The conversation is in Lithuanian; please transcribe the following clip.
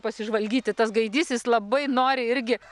pasižvalgyti tas gaidys jis labai nori irgi